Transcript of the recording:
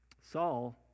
Saul